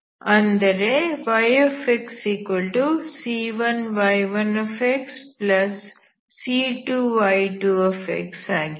ಅಂದರೆ yxC1y1xC2y2 ಆಗಿದೆ